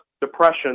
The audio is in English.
depression